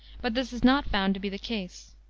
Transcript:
but this is not found to be the case.